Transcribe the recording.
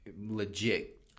legit